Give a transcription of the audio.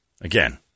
Again